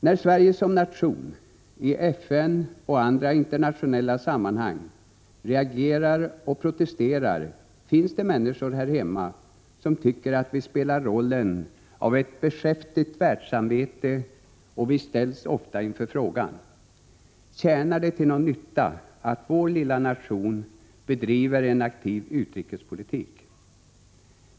När Sverige som nation, i FN och i andra internationella sammanhang, reagerar och protesterar händer det att människor här hemma tycker att vi spelar rollen av ett beskäftigt världssamvete, och vi ställs ofta inför frågan: Är det till någon nytta att vår lilla nation bedriver en aktiv utrikespolitik?